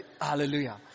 Hallelujah